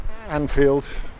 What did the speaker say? Anfield